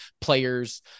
players